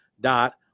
dot